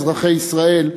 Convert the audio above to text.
אזרחי ישראל,